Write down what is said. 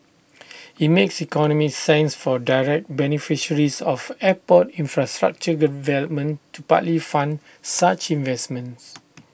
IT makes economic sense for direct beneficiaries of airport infrastructure development to partly fund such investments